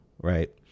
right